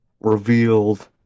revealed